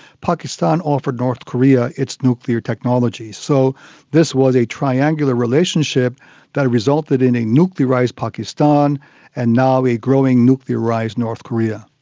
pakistan offered north korea its nuclear technology. so this was a triangular relationship that resulted in a nuclearised pakistan and now a growing nuclearised north korea.